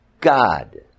God